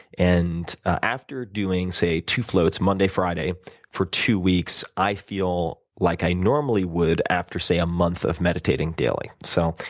and after doing, say, two floats monday, friday for two weeks, i feel like i normally would after, say, a month of meditating daily. so,